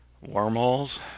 Wormholes